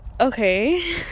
okay